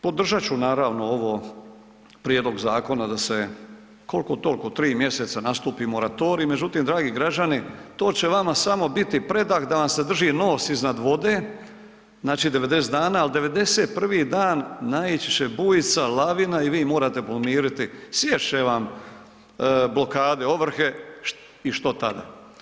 Podržat ću naravno ovo, prijedlog zakona da se koliko-toliko 3. mj. nastupi moratorij, međutim dragi građani, to će vama samo biti predah da vam se drži nos iznad vode, znači 90, ali 91. dan naići će bujica, lavina i vi morate pomiriti, sjest će vam blokade ovrhe i što tada?